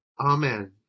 Amen